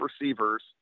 receivers –